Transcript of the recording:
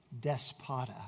despota